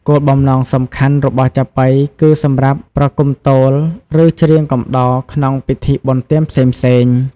គោលបំណងសំខាន់របស់ចាប៉ី គឺសម្រាប់ ប្រគំទោល ឬ ច្រៀងកំដរ ក្នុងពិធីបុណ្យទានផ្សេងៗ។